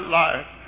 life